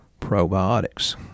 probiotics